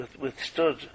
withstood